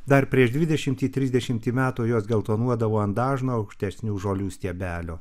dar prieš dvidešimtį trisdešimtį metų jos geltonuodavo ant dažno aukštesnių žolių stiebelio